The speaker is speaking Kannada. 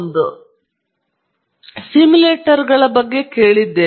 ನಾವು ಸಿಮ್ಯುಲೇಟರ್ಗಳ ಬಗ್ಗೆ ಕೇಳಿದ್ದೇವೆ